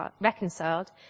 reconciled